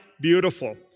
Beautiful